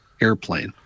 airplane